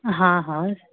हँ हँ